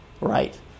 Right